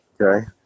Okay